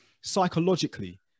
psychologically